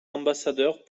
ambassadeurs